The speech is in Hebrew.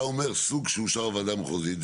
אומר סוג שאושר בוועדה המחוזית,